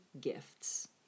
gifts